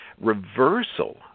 Reversal